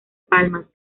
palmas